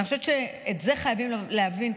אני חושבת שאת זה חייבים להבין,